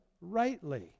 rightly